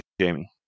Jamie